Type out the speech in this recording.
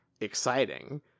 exciting